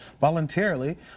voluntarily